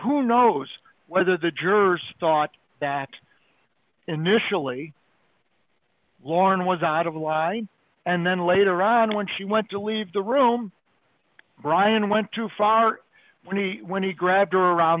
who knows whether the jurors thought that initially lauren was out of line and then later on when she went to leave the room brian went too far when he when he grabbed her around